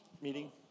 meeting